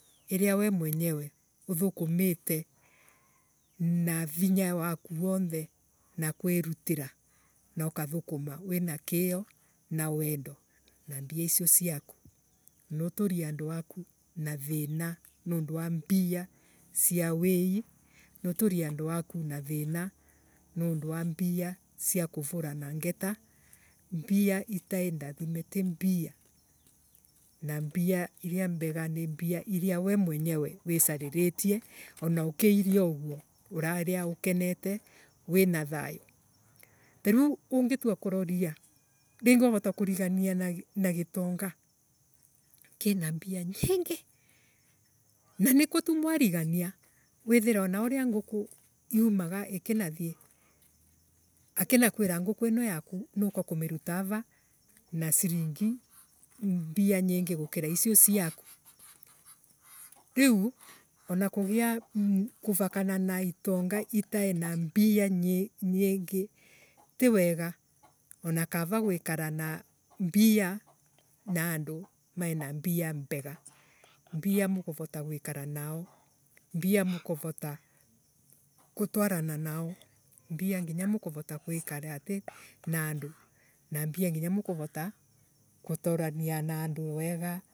Riria wee mwenyewe uthukumete na vinya waku wonthe na kwirutira na kuthukuma wina kiio na wendo na mbia icio ciaku nwa uturie aandu aku na thina niundu wa mbia cia wii ni uturie andu aku na thina niundi wa mbia cia wii ni uturie andu aku nathina niundi wa mbia cia kufurana ngeta mbia itaaiindathime ti mbia na mbia iria mbega ni mbia iria wee mwenye wicariritie ona ukiiria uguo uraria ukenete wina thayo tariu ungitua kuroria ringi wavota kurigania na gito kina mbia nyiingi na nikwa tu mwarigania withii na uria nguku yumaga ikinathie akinakwira nguku yakuu niuka kumiruta ava na silingi mbia nyingi gua icio ciaku riiu anakugia kuvakana na itonga itere mbia nyingi tiwega. Ana kava guikara na mbia naandu maii na mbia mbega mbia mukuvata guikara nao mbia mukuvuta gutwarana nao mbia aginya mukuvota guikara atii na andu mbianginya mukuvota guturania na andu ega.